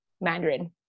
Mandarin